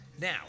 Now